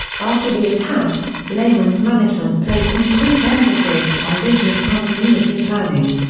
after the attacks, lehman's management placed increased emphasis on business continuity planning.